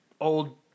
old